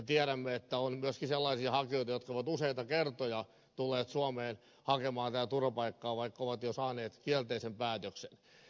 tiedämme että on myöskin sellaisia hakijoita jotka ovat useita kertoja tulleet suomeen hakemaan täältä turvapaikkaa vaikka ovat jo saaneet kielteisen päätöksen